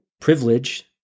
privilege